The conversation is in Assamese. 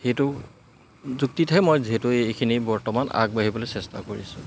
সেইটো যুক্তিতহে মই যিহেতু এইখিনি বৰ্তমান আগবাঢ়িবলৈ চেষ্টা কৰিছোঁ